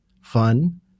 fun